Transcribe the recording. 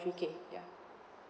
three K ya